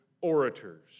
orators